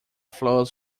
flows